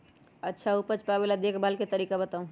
अच्छा उपज पावेला देखभाल के तरीका बताऊ?